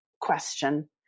question